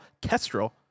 Kestrel